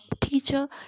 teacher